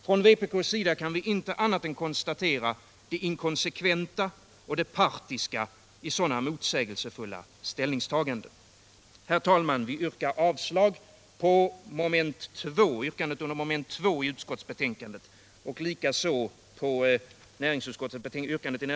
Från vpk:s sida kan vi inte annat än konstatera det inkonsekventa och partiska i sådana motsägelsefulla ställningstaganden.